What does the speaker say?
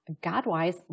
God-wise